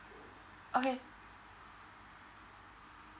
okay